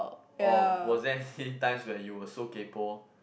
oh was there same time when you were so kaypo